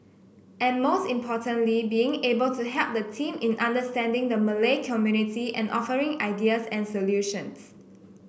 and most importantly being able to help the team in understanding the Malay community and offering ideas and solutions